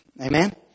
Amen